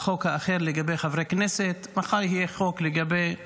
החוק האחר לגבי חברי כנסת, מחר יהיה חוק לגבי